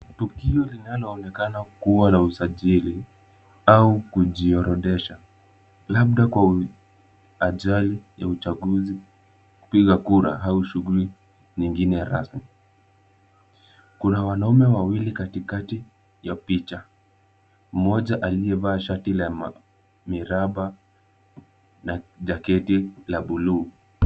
Tukio linaloonekana kuwa la usajili au kujiorodhesha labda kwa ajili ya uchaguzi, kupiga kura au shughuli nyingine rasmi. Kuna wanaume wawili katikati ya picha. Mmoja aliyevaa shati la miraba na jaketi la bluu.